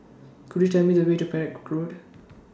Could YOU Tell Me The Way to Perak Road